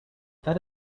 that